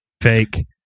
fake